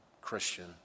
Christian